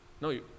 no